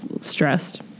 stressed